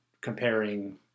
comparing